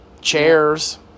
chairs